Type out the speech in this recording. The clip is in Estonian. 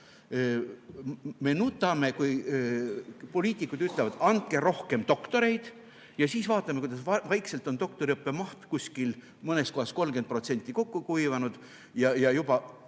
Me nutame, kui poliitikud ütlevad, et andke rohkem doktoreid. Aga vaatame, kuidas vaikselt on doktoriõppe maht mõnes kohas 30% kokku kuivanud ja juba